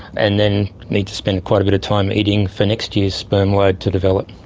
and then need to spend quite a bit of time eating for next year's sperm load to develop.